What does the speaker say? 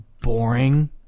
boring